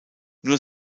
nur